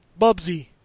Bubsy